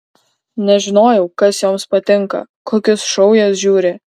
nežinojau kas joms patinka kokius šou jos žiūri